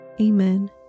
Amen